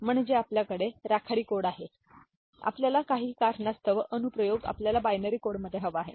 म्हणजे आपल्याकडे राखाडी कोड आहे आपल्याला काही कारणास्तव अनुप्रयोग आपल्याला बायनरी कोड हवा आहे